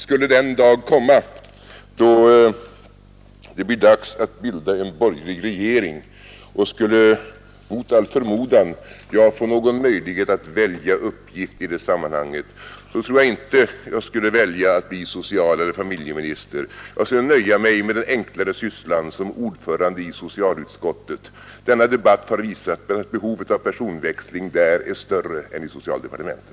Skulle den dag komma då det blir dags att bilda en borgerlig regering och skulle, mot all förmodan, jag få någon möjlighet att välja uppgift i det sammanhanget tror jag inte att jag skulle välja att bli socialeller familjeminister. Jag skulle nöja mig med den enklare sysslan som ordförande i socialutskottet. Denna debatt har visat att behovet av personväxling där är större än i socialdepartementet.